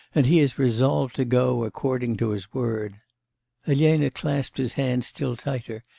and he is resolved to go, according to his word elena clasped his hand still tighter,